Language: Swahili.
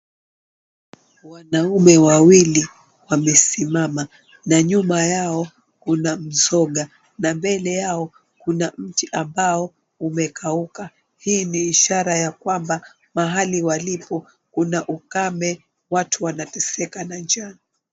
Wanaume wawili wamesimama na nyuma yao kuna mzoga na mbele yao kuna mti ambao umekauka hii ni ishara ya kwamba mahali walipo kuna ukame, watu wanateseka na njaa.